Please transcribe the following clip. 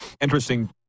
Interesting